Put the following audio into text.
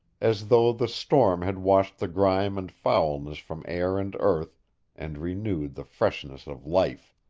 as though the storm had washed the grime and foulness from air and earth and renewed the freshness of life.